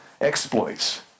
exploits